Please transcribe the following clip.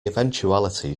eventuality